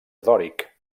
dòric